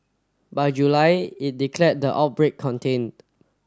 by July it declared the outbreak contained